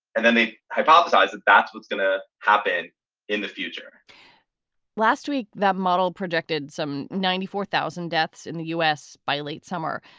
and then they hypothesize that that's what's going to happen in the future last week, the model predicted some ninety four thousand deaths in the us by late summer.